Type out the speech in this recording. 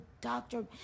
doctor